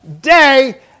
day